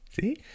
See